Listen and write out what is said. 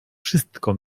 wszystko